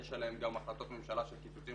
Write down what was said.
יש עליהם גם החלטות ממשלה של קיצוצים